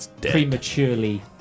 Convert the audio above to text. prematurely